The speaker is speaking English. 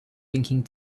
thinking